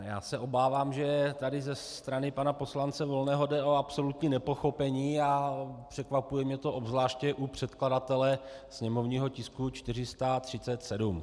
Já se obávám, že tady ze strany poslance Volného jde o absolutní nepochopení, a překvapuje mě to obzvláště u předkladatele sněmovního tisku 437.